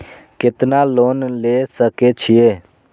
केतना लोन ले सके छीये?